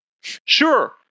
Sure